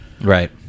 right